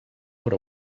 what